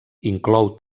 inclou